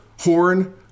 horn